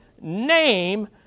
name